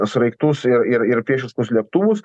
sraigtus ir ir ir priešiškus lėktuvus